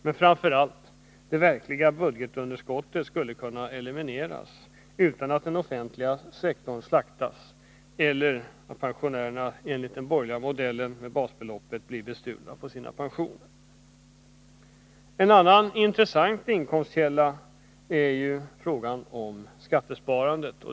Men framför allt skulle det verkliga budgetunderskottet kunna elimineras utan att den offentliga sektorn slaktas eller att pensionärerna — enligt den borgerliga modellen med basbeloppet — blir bestulna på sina pensioner. En annan intressant inkomstkälla är slopande av dets.k. skattesparandet.